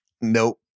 Nope